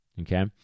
Okay